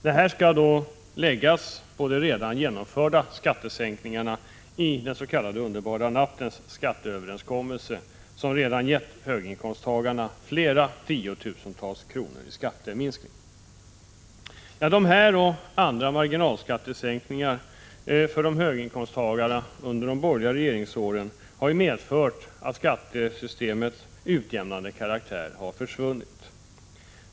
Detta skall läggas till de redan genomförda skattesänkningarna i den s.k. underbara nattens skatteöverenskommelse, som redan gett höginkomsttagarna tiotusentals kronor i skatteminskning. Dessa och andra marginalskattesänkningar för höginkomsttagarna under de borgerliga regeringsåren har medfört att skattesystemets utjämnande karaktär har försvunnit.